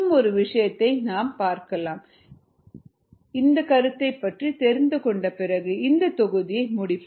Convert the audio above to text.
இன்னும் ஒரு விஷயத்தை நாம் பார்க்கலாம் இன்னும் ஒரு கருத்து பற்றி தெரிந்து கொண்டு பிறகு இந்த தொகுதியை முடிப்போம்